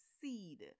seed